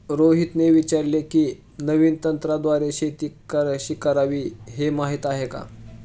रोहितने विचारले की, नवीन तंत्राद्वारे शेती कशी करावी, हे माहीत आहे का?